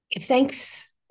Thanks